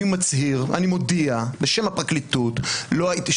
אני מצהיר, אני מודיע בשם הפרקליטות, ---,